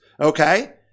okay